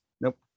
nope